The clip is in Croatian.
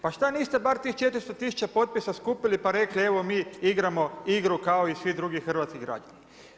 Pa šta niste bar tih 400000 potpisa skupili, pa rekli, evo mi igramo igru kao i svi drugi hrvatski građani.